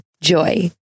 Joy